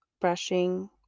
brushing